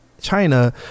china